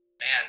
Man